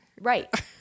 right